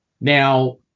Now